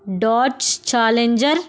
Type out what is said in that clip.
dodge challenger